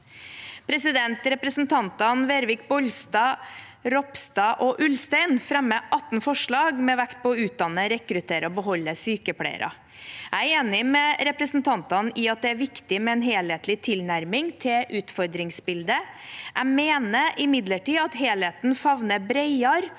omsorgstjenesten. Representantene Vervik Bollestad, Ropstad og Ulstein fremmer 18 forslag med vekt på å utdanne, rekruttere og beholde sykepleiere. Jeg er enig med representantene i at det er viktig med en helhetlig tilnærming til utfordringsbildet. Jeg mener imidlertid at helheten favner bredere